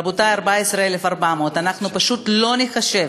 רבותי, 14,400. אנחנו פשוט לא נתחשב